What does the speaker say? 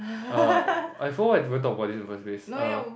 err I forgot why I even talk about this in the first place err